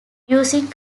using